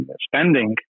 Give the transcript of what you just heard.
spending